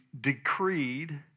decreed